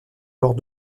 lors